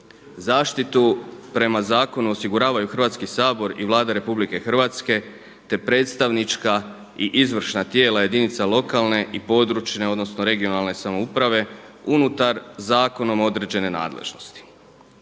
Zaštitu prema zakonu osiguravaju Hrvatski sabor i Vlada RH, te predstavnička i izvršna tijela jedinica lokalne (regionalne) i područne samouprave unutar zakonom određene nadležnosti.